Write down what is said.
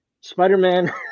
Spider-Man